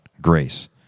Grace